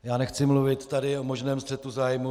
Já nechci mluvit tady o možném střetu zájmů.